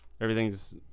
Everything's